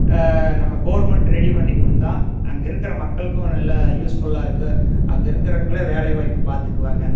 நம்ம government ready பண்ணி கொடுத்தா அங்கிருக்கிற மக்களுக்கும் நல்லா யூஸ்ஃபுல்லாக இருக்கும் அங்கே இருக்கிறவங்களாம் வேலைவாய்ப்பு பார்த்துக்குவாங்க